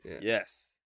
Yes